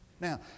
Now